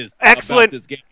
excellent